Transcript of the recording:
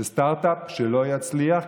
זה סטרטאפ שלא יצליח,